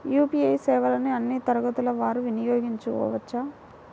UPI సేవలని అన్నీ తరగతుల వారు వినయోగించుకోవచ్చా?